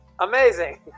Amazing